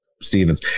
Stevens